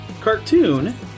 cartoon